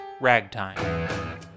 ragtime